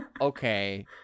okay